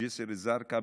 בג'סר א-זרקא,